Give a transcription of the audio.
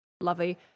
lovely